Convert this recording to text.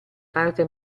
parte